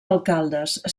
alcaldes